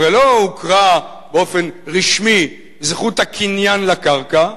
הרי לא הוכרה באופן רשמי זכות הקניין לקרקע,